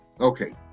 Okay